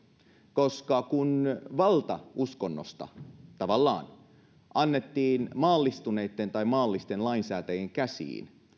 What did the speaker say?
koska kun valta uskonnosta tavallaan annettiin maallistuneiden tai maallisten lainsäätäjien käsiin